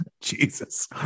jesus